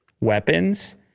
weapons